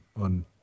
on